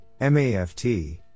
MAFT